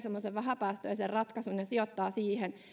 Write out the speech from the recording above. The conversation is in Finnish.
vähäpäästöisen ratkaisun ja sijoittavat siihen